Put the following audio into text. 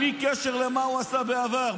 בלי קשר למה שהוא עשה בעבר.